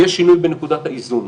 יש שינוי בנקודת האיזון.